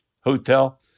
Hotel